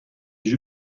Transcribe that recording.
جوری